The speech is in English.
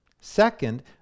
Second